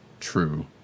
true